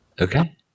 Okay